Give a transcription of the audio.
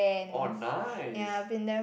oh nice